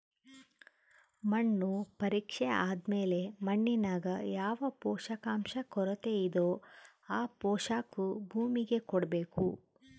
ಮಣ್ಣು ಪರೀಕ್ಷೆ ಆದ್ಮೇಲೆ ಮಣ್ಣಿನಾಗ ಯಾವ ಪೋಷಕಾಂಶ ಕೊರತೆಯಿದೋ ಆ ಪೋಷಾಕು ಭೂಮಿಗೆ ಕೊಡ್ಬೇಕು